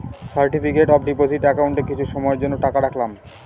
certificate of deposit একাউন্টে কিছু সময়ের জন্য টাকা রাখলাম